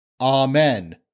Amen